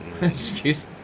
excuse